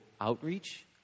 outreach